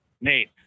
Nate